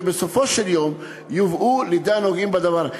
שבסופו של דבר יובאו לידי הנוגעים בדבר.